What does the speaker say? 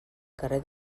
carrer